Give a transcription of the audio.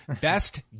Best